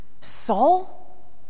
Saul